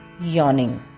yawning